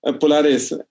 Polaris